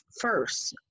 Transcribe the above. first